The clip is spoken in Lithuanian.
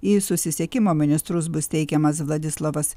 į susisiekimo ministrus bus teikiamas vladislovas